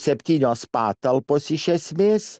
septynios patalpos iš esmės